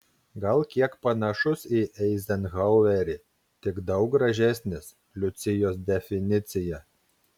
gal kiek panašus į eizenhauerį tik daug gražesnis liucijos definicija